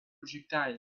projectile